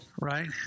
Right